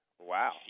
Wow